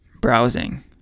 browsing